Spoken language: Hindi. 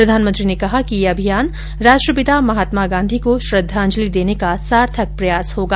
प्रधानमंत्री ने कहा कि यह अभियान राष्ट्रपिता महात्मा गांधी को श्रद्धांजलि देने का सार्थक प्रयास होगा